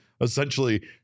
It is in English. essentially